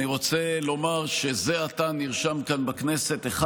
אני רוצה לומר שזה עתה נרשם כאן בכנסת אחד